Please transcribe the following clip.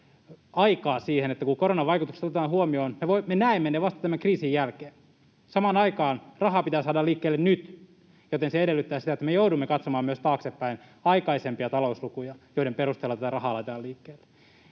aikaa siihen, että kun koronan vaikutukset otetaan huomioon, me näemme ne vasta tämän kriisin jälkeen. Samaan aikaan rahaa pitää saada liikkeelle nyt, joten se edellyttää sitä, että me joudumme katsomaan myös taaksepäin, aikaisempia talouslukuja, joiden perusteella tätä rahaa laitetaan liikkeelle.